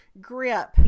grip